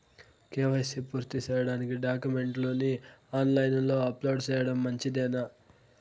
KYC పూర్తి సేయడానికి డాక్యుమెంట్లు ని ఆన్ లైను లో అప్లోడ్ సేయడం మంచిదేనా?